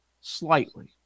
Slightly